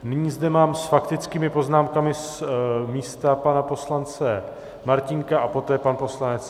Nyní zde mám s faktickými poznámkami z místa pana poslance Martínka a poté pan poslanec Hrnčíř.